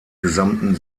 gesamten